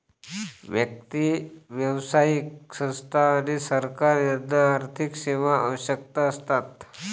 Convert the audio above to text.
व्यक्ती, व्यावसायिक संस्था आणि सरकार यांना आर्थिक सेवा आवश्यक असतात